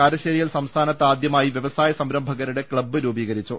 കാരശ്ശേരിയിൽ സംസ്ഥാനത്ത് ആദ്യമായി വൃവസായ സംരംഭകരുടെ ക്ലബ്ബ് രൂപീകരിച്ചു